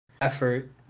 effort